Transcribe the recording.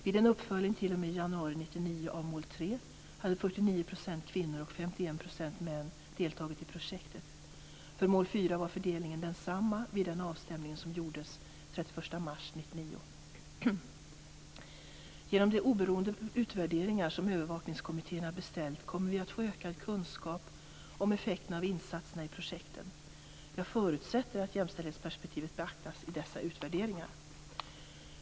Vid en uppföljning t.o.m. januari 1999 av mål Genom de oberoende utvärderingar som övervakningskommittéerna beställt kommer vi att få ökad kunskap om effekterna av insatserna i projekten. Jag förutsätter att jämställdhetsperspektivet beaktas i dessa utvärderingar.